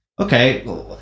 okay